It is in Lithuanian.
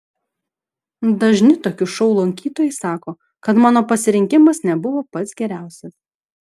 dažni tokių šou lankytojai sako kad mano pasirinkimas nebuvo pats geriausias